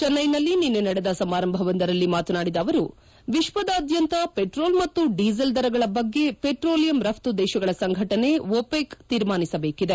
ಚೆನ್ನೈನಲ್ಲಿ ನಿನ್ನೆ ನಡೆದ ಸಮಾರಂಭವೊಂದರಲ್ಲಿ ಮಾತನಾಡಿದ ಅವರು ವಿಶ್ವದಾದ್ಯಂತ ಪೆಟ್ರೋಲ್ ಮತ್ತು ಡೀಸೆಲ್ ದರಗಳ ಬಗ್ಗೆ ಪಟ್ರೋಲಿಯಂ ರಫ್ತು ದೇಶಗಳ ಸಂಘಟನೆ ಒಪೆಕ್ ತೀರ್ಮಾನಿಸಬೇಕಿದೆ